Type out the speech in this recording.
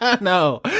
no